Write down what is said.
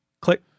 click